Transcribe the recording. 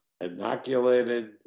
inoculated